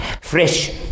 fresh